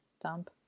dump